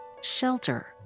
shelter